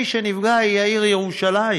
מי שנפגע זה העיר ירושלים,